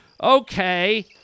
Okay